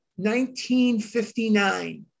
1959